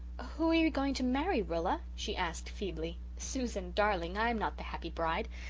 ah who are you going to marry, rilla? she asked feebly. susan, darling, i am not the happy bride.